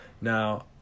Now